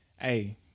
Hey